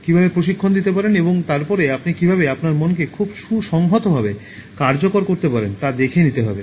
কীভাবে প্রশিক্ষণ দিতে পারেন এবং তারপরে আপনি কীভাবে আপনার মনকে খুব সুসংহতভাবে কার্যকর করতে পারেন তা দেখে নিতে হবে